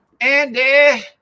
Andy